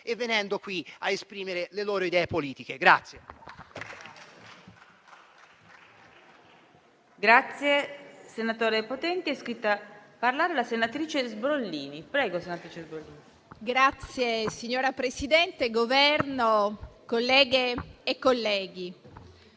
e venendo qui a esprimere le loro idee politiche.